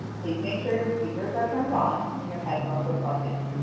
please make sure your speakers are turned on and your headphones are plugged in.